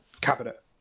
cabinet